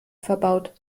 verbaut